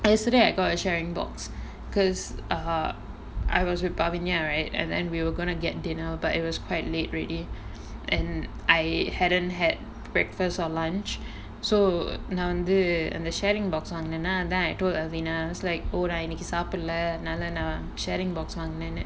yesterday I got a sharing box because err I was with pavinia right and then we were gonna get dinner but it was quite late already and I hadn't had breakfast or lunch so நா வந்து அந்த:naa vanthu antha sharing box வாங்குனன்னா அதா:vangunannaa atha at the dinner it's likes oh நா இன்னைக்கு சாபுடள்ள நா அதனால நா:naa innaikku saapudalla naa athanaala naa sharing box வாங்கின:vaangina